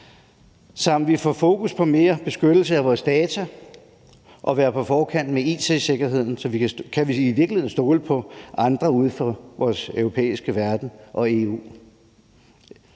også have fokus på mere beskyttelse af vores data og være på forkant med it-sikkerheden, for kan vi i virkeligheden stole på andre uden for vores europæiske verden og EU?